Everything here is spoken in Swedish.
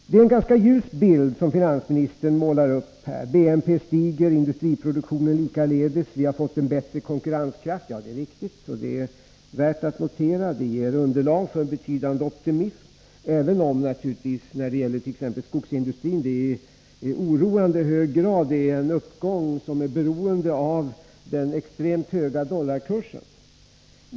Det är en ganska ljus bild som finansministern målar upp. Han säger att BNP stiger, liksom industriproduktionen, och att vi har fått en bättre konkurrenskraft. Ja, det är riktigt och värt att notera; det ger underlag för betydande optimism, även om uppgången t.ex. när det gäller skogsindustrin i oroande hög grad är beroende av den extremt höga dollarkursen.